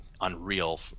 Unreal